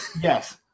Yes